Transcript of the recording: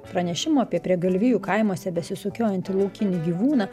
pranešimų apie prie galvijų kaimuose besisukiojanti laukinį gyvūną